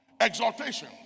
exaltation